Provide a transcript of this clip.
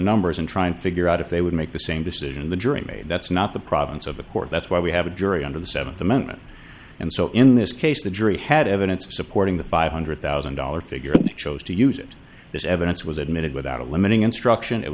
numbers and try and figure out if they would make the same decision the jury made that's not the province of the court that's why we have a jury under the seventh amendment and so in this case the jury had evidence supporting the five hundred thousand dollars figure chose to use it this evidence was admitted without a limiting instruction it